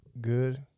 Good